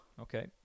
Okay